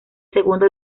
segundo